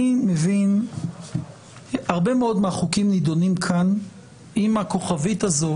הרבה מאוד מהחוקים נידונים כאן עם הכוכבים הזאת